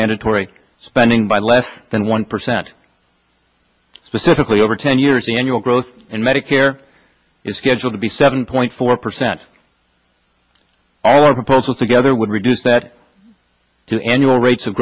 mandatory spending by less than one percent specifically over ten years the annual growth in medicare is scheduled to be seven point four percent all our proposals together would reduce that to ensure rates of